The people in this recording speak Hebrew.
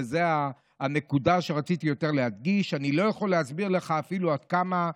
וזאת הנקודה שרציתי יותר להדגיש: אני לא יכול להסביר לך אפילו עד כמה,